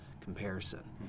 comparison